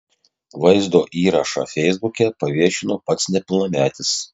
vaizdo įrašą feisbuke paviešino pats nepilnametis